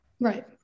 Right